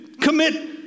commit